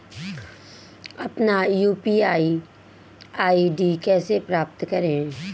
अपना UPI ID कैसे प्राप्त करें?